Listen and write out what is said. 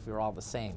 if we're all the same